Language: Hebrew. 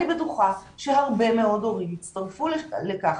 אני בטוחה שהרבה מאוד הורים יצטרפו לכך.